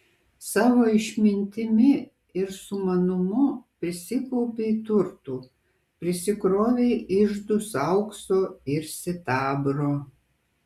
savo išmintimi ir sumanumu prisikaupei turtų prisikrovei iždus aukso ir sidabro